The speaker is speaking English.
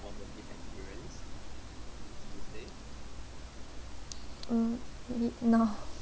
mm n~ no